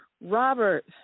Robert